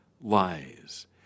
lies